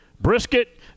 brisket